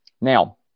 Now